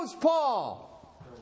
Paul